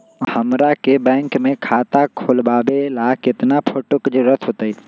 हमरा के बैंक में खाता खोलबाबे ला केतना फोटो के जरूरत होतई?